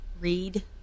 read